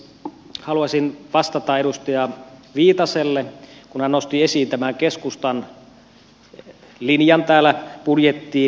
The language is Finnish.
haluaisin vastata edustaja viitaselle kun hän nosti esiin täällä keskustan linjan budjettiin